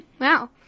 Wow